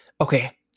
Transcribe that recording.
okay